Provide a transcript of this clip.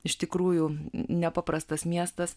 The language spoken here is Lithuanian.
iš tikrųjų nepaprastas miestas